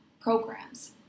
programs